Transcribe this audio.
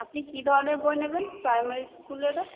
আপনি কি ধরনের বই নেবেন প্রাইমারি স্কুলেরও